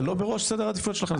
זה לא בראש סדר העדיפויות שלכם,